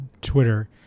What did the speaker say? Twitter